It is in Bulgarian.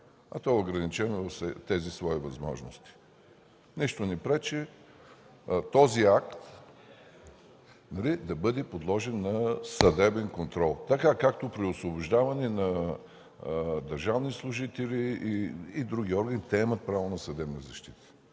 а то е ограничено в тези свои възможности. Нищо не пречи този акт да бъде подложен на съдебен контрол, така както при освобождаване на държавни служители и други – те имат право на съдебна защита.